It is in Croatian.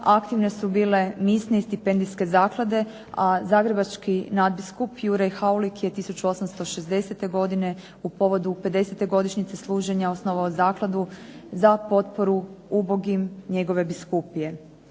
aktivne su bile …/Ne razumije se./… i stipendijske zaklade, a zagrebački nadbiskup Juraj Haulik je 1860. godine u povodu 50. godišnjice služenja osnovao zakladu za potporu ubogim njegove biskupije.